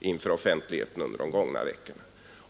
inför offentligheten under de gångna veckorna.